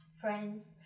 Friends